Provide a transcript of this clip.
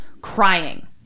crying